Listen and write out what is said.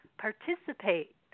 participate